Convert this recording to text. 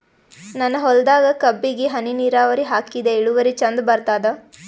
ನನ್ನ ಹೊಲದಾಗ ಕಬ್ಬಿಗಿ ಹನಿ ನಿರಾವರಿಹಾಕಿದೆ ಇಳುವರಿ ಚಂದ ಬರತ್ತಾದ?